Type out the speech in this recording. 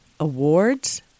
awards